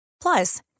Plus